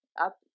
up